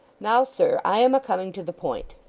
now, sir, i am a coming to the point.